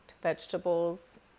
vegetables